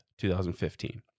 2015